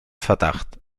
verdacht